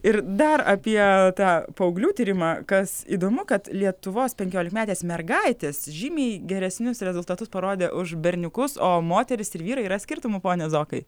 ir dar apie tą paauglių tyrimą kas įdomu kad lietuvos penkiolikmetės mergaitės žymiai geresnius rezultatus parodė už berniukus o moterys ir vyrai yra skirtumų pone zokai